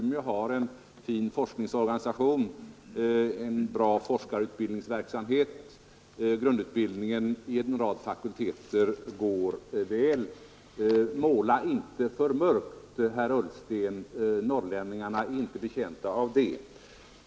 Man har där en fin forskningsorganisation, en bra forskarutbildningsverksamhet och en grundutbildning i en rad fakulteter som fungerar väl. Måla inte för mörkt, herr Ullsten! Norrlänningarna är inte betjänta av det.